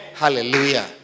Hallelujah